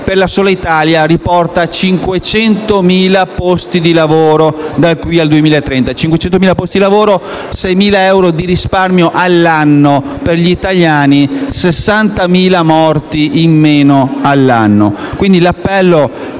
per la sola Italia 500.000 posti di lavoro da qui al 2030, 6.000 euro di risparmio all'anno per gli italiani, 60.000 morti in meno all'anno.